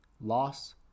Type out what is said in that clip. loss